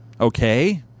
okay